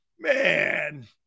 Man